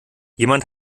jemand